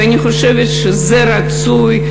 ואני חושבת שזה רצוי.